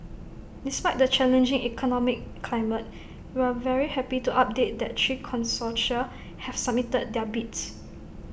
despite the challenging economic climate we're very happy to update that three consortia have submitted their bids